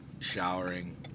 showering